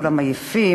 כולם עייפים,